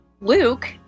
Luke